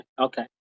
okay